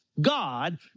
God